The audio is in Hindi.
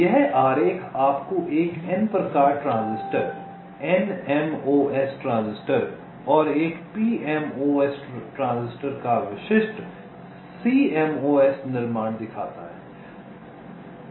यह आरेख आपको एक N प्रकार ट्रांजिस्टर एनएमओएस ट्रांजिस्टर और एक पीएमओएस ट्रांजिस्टर का विशिष्ट सीएमओएस निर्माण दिखाता है